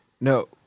No